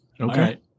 Okay